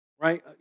right